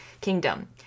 kingdom